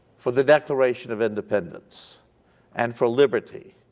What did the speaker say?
for the declaration of independence and for liberty